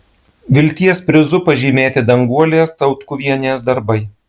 vilties prizu pažymėti danguolės tautkuvienės darbai